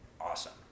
awesome